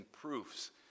proofs